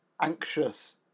anxious